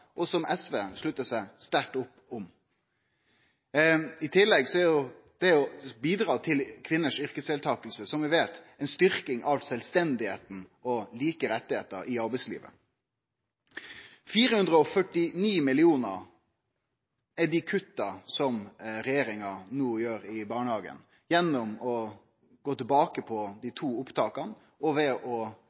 og som SV sluttar sterkt opp om. I tillegg er, som vi veit, kvinners yrkesdeltaking ei styrking av sjølvstendet og det bidreg til like rettar i arbeidslivet. 449 mill. kr utgjer dei kutta som regjeringa no gjer med omsyn til barnehagar gjennom å gå bort frå to opptak, og ved å